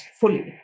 fully